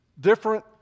different